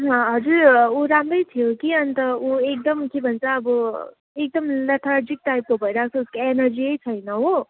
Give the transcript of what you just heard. हजुर ऊ राम्रै थियो कि अन्त ऊ एकदम के भन्छ अब एकदम लेथार्जिक टाइपको भइरहेको छ उसको एनर्जी नै छैन हो